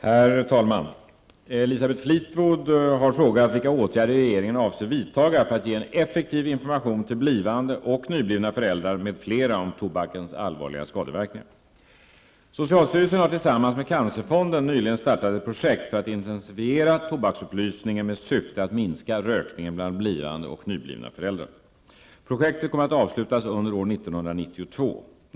Herr talman! Elisabeth Fleetwood har frågat vilka åtgärder regeringen avser vidtaga för att ge en effektiv information till blivande och nyblivna föräldrar m.fl. om tobakens allvarliga skadeverkningar. Projektet kommer att avslutas under år 1992.